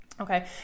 Okay